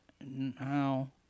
No